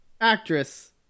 actress